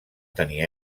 tenir